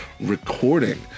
recording